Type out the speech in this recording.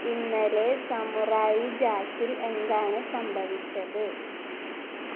ഇന്നലെ സമുറായി ജാക്കിൽ എന്താണ് സംഭവിച്ചത്